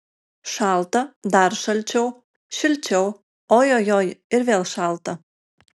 šalta dar šalčiau šilčiau ojojoi ir vėl šalta